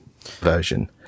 version